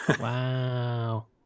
Wow